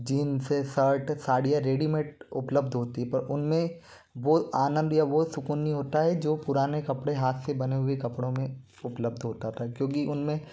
jeans है shirt साड़ियाँ readymade उपलब्ध होती हैं पर उनमें वो आनंद या वो सुकून नहीं होता है जो पुराने कपड़े हाथ से बने हुए कपड़ों में उपलब्ध होता था क्योंकि उनमें